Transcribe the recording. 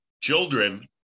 children